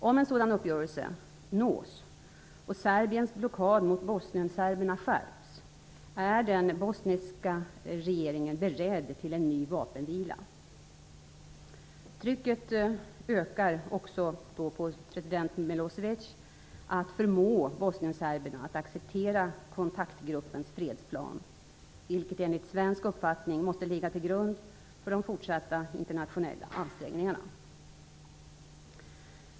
Om en sådan uppgörelse nås och Serbiens blockad mot bosnienserberna skärps är den bosniska regeringen beredd till en ny vapenvila. Trycket ökar då också på president Milosevic att förmå bosnienserberna att acceptera kontaktgruppens fredsplan, vilken enligt svensk uppfattning måste ligga till grund för de fortsatta internationella ansträngningarna.